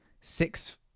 six